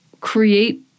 create